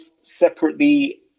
separately